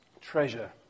treasure